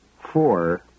four